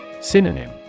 Synonym